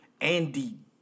Andy